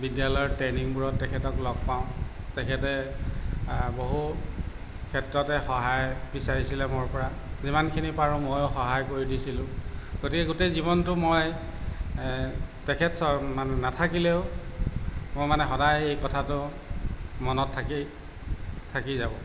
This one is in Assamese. বিদ্যালয়ৰ ট্ৰেইনিংবোৰত তেখেতক লগ পাওঁ তেখেতে বহু ক্ষেত্ৰতে সহায় বিচাৰিছিলে মোৰ পৰা যিমানখিনি পাৰোঁ ময়ো সহায় কৰি দিছিলোঁ গতিকে গোটেই জীৱনটো মই তেখেত নাথাকিলেও মই মানে সদায় এই কথাটো মনত থাকি থাকি যাব